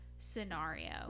scenario